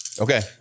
Okay